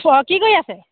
অ' কি কৰি আছে